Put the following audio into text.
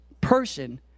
person